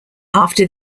after